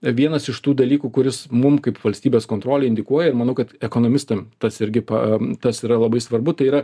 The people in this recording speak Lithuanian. vienas iš tų dalykų kuris mum kaip valstybės kontrolei indikuoja ir manau kad ekonomistam tas irgi pa tas yra labai svarbu tai yra